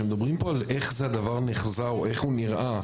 כשמדברים על איך הדבר נחזה או איך הוא נראה,